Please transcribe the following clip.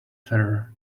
terror